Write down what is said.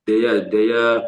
deja deja